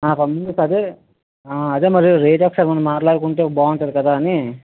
నాకన్నీ అదే అదే మరి రేట్ ఒకసారి మనం మాట్లాడుకుంటే బాగుంటుంది కదా అని